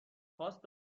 خواست